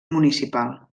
municipal